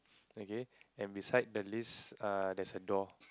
okay and beside the list err there's a door